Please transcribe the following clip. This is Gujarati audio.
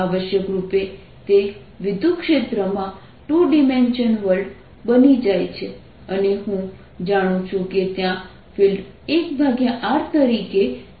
આવશ્યક રૂપે તે વિદ્યુતક્ષેત્રમાં ટુ ડિમેન્શનલ વર્લ્ડ બની જાય છે અને હું જાણું છું કે ત્યાં ફિલ્ડ 1r તરીકે છે